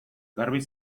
garbi